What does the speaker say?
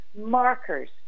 markers